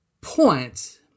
point